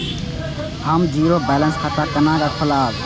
हम zero balance खाता केना खोलाब?